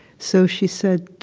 so she said,